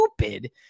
stupid